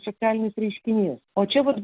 šocialinis reiškinys o čia vat